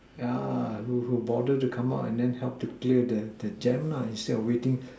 ya who who bothered to come out and then help to clear the the jam lah instead of waiting